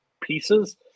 pieces